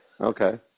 Okay